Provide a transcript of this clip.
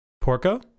Porco